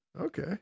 okay